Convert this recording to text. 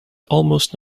almost